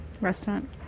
restaurant